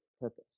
purpose